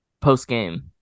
post-game